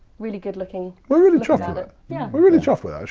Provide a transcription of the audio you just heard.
really good looking we're really chuffed with it. yeah we're really chuffed with